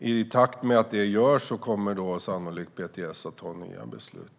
I takt med att detta görs kommer PTS sannolikt att fatta nya beslut.